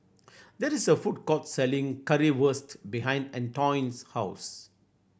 that is a food court selling Currywurst behind Antoine's house